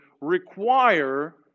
require